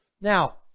Now